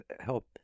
help